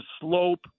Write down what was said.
slope